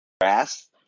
grass